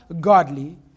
godly